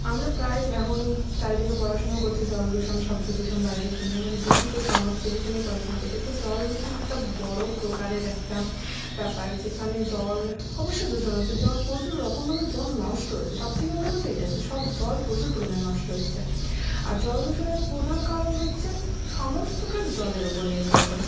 আমরা প্রায় এখন চারিদিকে পড়াশুনোও করছি জল দূষণ শব্দ দূষণ বায়ু দূষণ নিয়ে মানে দূষিত সমস্ত কিছু নিয়ে পড়াশুনা করছি তো জল দূষণ একটা বড়ো প্রকারের একটা ব্যাপার যেখানে জল অবশ্যই দূষণ হচ্ছে জল প্রচুর রকমভাবে জল নষ্ট হচ্ছে সব থেকে বড়ো কথা এটাই যে সব জল প্রচুর পরিমাণে নষ্ট হচ্ছে আর জল দূষণের প্রধান কারণ হচ্ছে সমস্ত কাজ জলের উপর নির্ভর করে